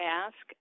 ask